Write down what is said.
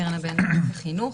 הקרן הבין-לאומית לחינוך,